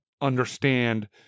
understand